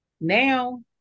now